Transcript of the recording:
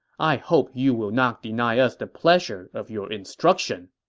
i hope you will not deny us the pleasure of your instruction.